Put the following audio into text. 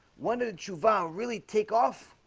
wonder the true vow really take off